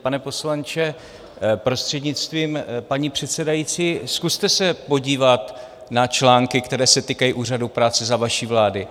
Pane poslanče, prostřednictvím paní předsedající, zkuste se podívat na články, které se týkají úřadů práce za vaší vlády.